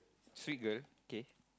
sweet girl okay